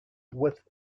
with